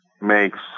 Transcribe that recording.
makes